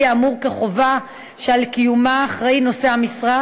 האמור כחובה שלקיומה אחראי נושא המשרה.